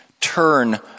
Turn